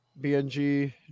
BNG